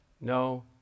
no